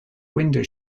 window